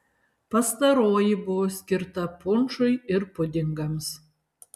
pastaroji buvo skirta punšui ir pudingams